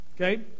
Okay